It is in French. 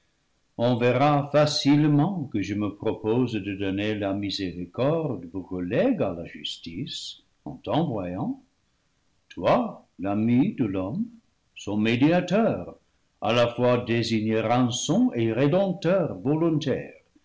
on verra facilement que je me propose de donner la miséricorde pour collègue à la justice en t'envoyant toi l'ami de l'homme son médiateur à la fois désigné